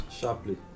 sharply